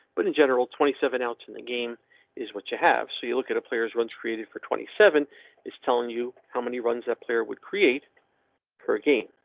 but in general twenty seven ounce in the game is what you have. so you look at the players runs created for twenty seven is telling you how many runs that player would create her gain.